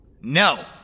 No